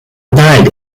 died